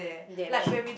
damn cheap